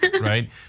right